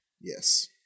Yes